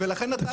אין בעיה.